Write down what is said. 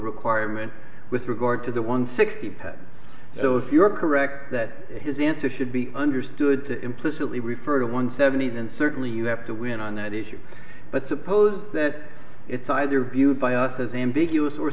requirement with regard to the one sixty pence though if you're correct that his answer should be understood to implicitly refer to one seventy then certainly you have to win on that issue but suppose that it's either viewed by us as ambiguous or